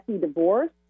divorce